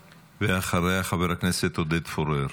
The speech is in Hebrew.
אחריה, חבר הכנסת עודד פורר.